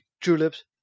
tulips